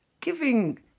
giving